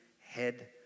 head